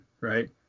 right